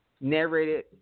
Narrated